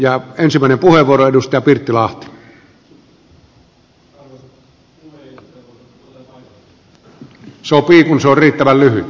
sopii kun puheenvuoro on riittävän lyhyt